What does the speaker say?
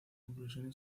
conclusiones